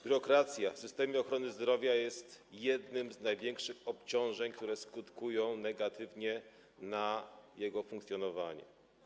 Biurokracja w systemie ochrony zdrowia jest jednym z największych obciążeń, które skutkują negatywnie, jeśli chodzi o jego funkcjonowanie.